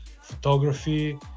photography